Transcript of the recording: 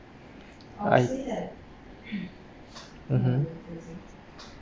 I mm